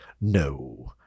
No